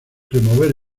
remover